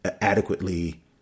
adequately